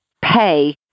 pay